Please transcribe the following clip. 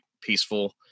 peaceful